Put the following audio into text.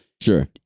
Sure